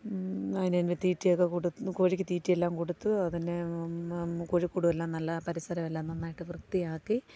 അതിന് തീറ്റിയൊക്കെക്കൊടുത്ത് കോഴിക്ക് തീറ്റയെല്ലാം കൊടുത്ത് അതിന് കോഴിക്കൂടുമെല്ലാം പരിസരമെല്ലാം നന്നായിട്ട് വൃത്തിയാക്കി